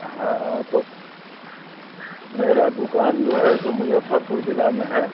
हाँ तो मेरी दुकान जो है सो मुज़फ़्फ़रपुर ज़िले में है